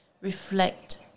reflect